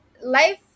life